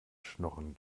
schnorren